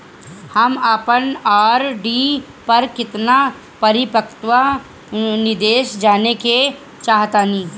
हम अपन आर.डी पर अपन परिपक्वता निर्देश जानेके चाहतानी